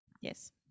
yes